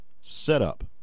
setup